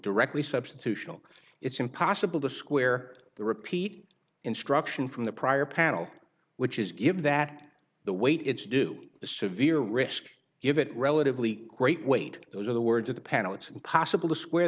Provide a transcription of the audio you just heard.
directly substitutional it's impossible to square the repeat instruction from the prior panel which is give that the weight it's due to severe risk give it relatively great weight those are the words of the panel it's impossible to square